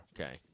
Okay